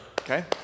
Okay